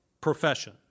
profession